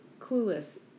clueless